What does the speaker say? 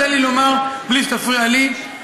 תן לי לומר בלי שתפריע לי.